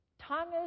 Thomas